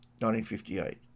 1958